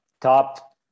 top